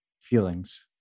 feelings